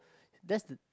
that's the